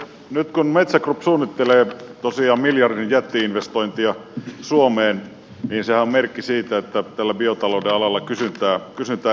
nyt kun metsä group suunnittelee tosiaan miljardin jätti investointia suomeen niin sehän on merkki siitä että tällä biotalouden alalla kysyntää riittää